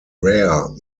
rare